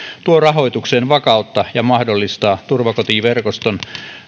tuo rahoitukseen vakautta ja mahdollistaa turvakotiverkoston